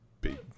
Big